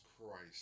Christ